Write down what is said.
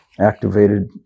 activated